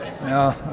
No